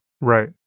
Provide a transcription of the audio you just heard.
Right